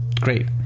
great